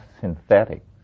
synthetic